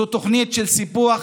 זו תוכנית של סיפוח,